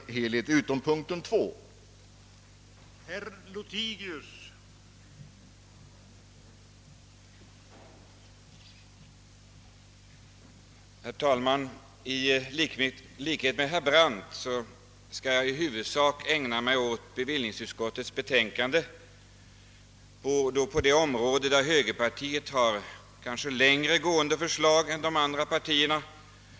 I övrigt yrkar jag bifall till utskottets hemställan.